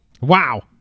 Wow